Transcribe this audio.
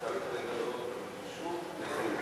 שקשור לחרדים, מכל הסוגים, מכל המינים,